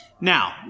Now